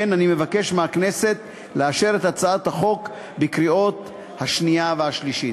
אני מבקש מהכנסת לאשר את הצעת החוק בקריאה שנייה ובקריאה שלישית.